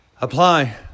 Apply